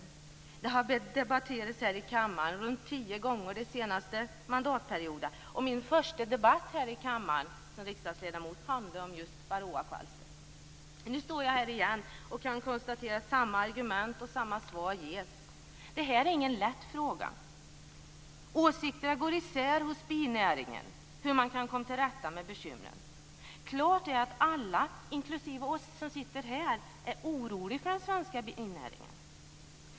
Frågan har debatterats här i kammaren cirka tio gånger den senaste mandatperioden. Min första debatt här i kammaren som riksdagsledamot handlade om just varroakvalster. Nu står jag här igen och kan konstatera att samma argument och samma svar ges. Det är ingen lätt fråga. Åsikterna gå isär inom binäringen om hur man kan komma till rätta med bekymren. Klart är att alla, inklusive vi som sitter här, är oroliga för den svenska binäringen.